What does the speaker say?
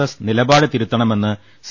S നിലപാട് തിരു ത്തണമെന്ന് സി